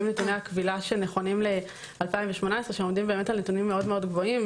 נתוני הכבילה שהם נכונים ל-2018 והם עומדים על נתונים מאוד גבוהים.